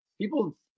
People